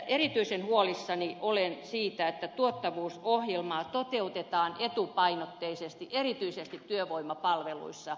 erityisen huolissani olen siitä että tuottavuusohjelmaa toteutetaan etupainotteisesti erityisesti työvoimapalveluissa